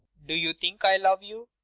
do you think i love you?